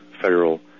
federal